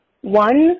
One